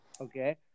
okay